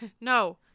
no